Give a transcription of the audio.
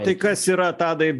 tai kas yra tadai